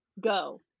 go